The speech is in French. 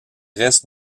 restes